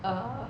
err